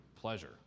pleasure